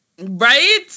right